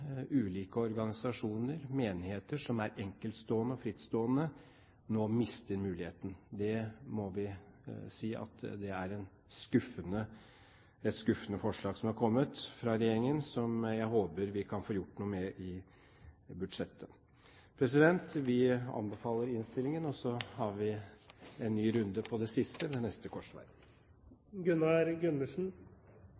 ulike organisasjoner og menigheter som er enkeltstående og frittstående, nå mister muligheten. Det må vi si er et skuffende forslag som har kommet fra regjeringen, og som jeg håper vi kan få gjort noe med i budsjettet. Vi anbefaler innstillingen, og så tar vi en ny runde på det siste ved neste korsvei.